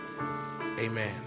amen